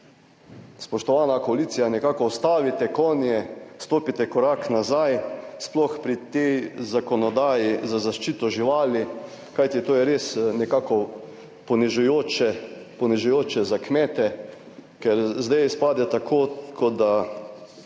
spoštovana koalicija, nekako ustavite konje, stopite korak nazaj sploh pri tej zakonodaji za zaščito živali, kajti to je res nekako ponižujoče za kmete. Ker zdaj izpade tako, kot da